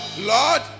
lord